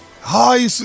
Hi